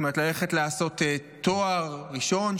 זאת אומרת ללכת לעשות תואר ראשון,